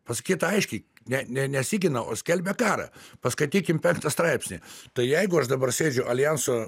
pasakyta aiškiai ne ne nesigina o skelbia karą paskaitykim penktą straipsnį tai jeigu aš dabar sėdžiu aljanso